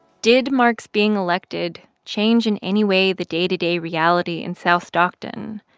did mark's being elected change in any way the day-to-day reality in south stockton?